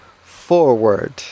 forward